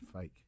fake